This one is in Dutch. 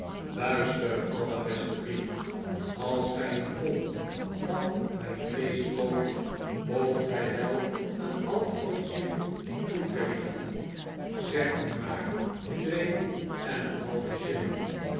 luister allerbeste vriend als gij een pond van mijn vleesch koopt moogt gij wel een half onsje toegeven zeg nu maar twee en een halve shilling